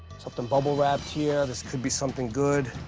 something bubble wrapped here. this could be something good.